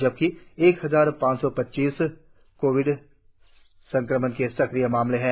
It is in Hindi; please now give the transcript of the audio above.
जबकि एक हजार पांच सौ पच्चीस कोविड संक्रमण के सक्रिय मामले है